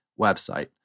website